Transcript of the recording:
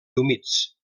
humits